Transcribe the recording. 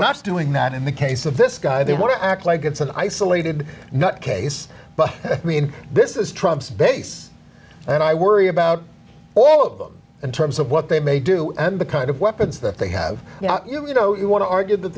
not doing that in the case of this guy they want to act like it's an isolated nut case but i mean this is trump's base and i worry about all of them in terms of what they may do and the kind of weapons that they have you know you want to argue